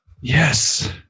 Yes